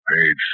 page